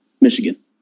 Michigan